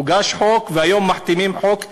הוגש חוק, והיום מחתימים על חוק מחדש,